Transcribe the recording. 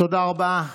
תודה רבה.